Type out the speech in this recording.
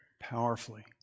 powerfully